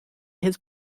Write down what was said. his